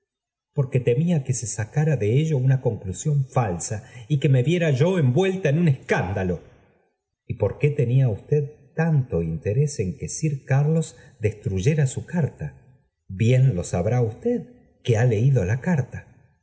porque temía que se sacara de ello una conclusión falsa y que me viera yo envuelta en un escándalo y por qué tenía usted tanto ínteres en que sir carlos destruyera su carta bien lo sabrá usted que ha leído la carta